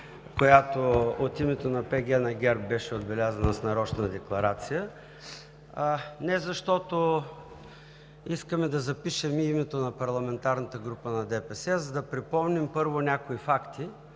която от името на ПГ на ГЕРБ беше отбелязана с нарочна декларация, не защото искаме да запишем името на парламентарната група на ДПС, а за да припомним, първо, някои факти,